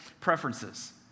preferences